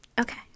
Okay